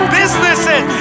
businesses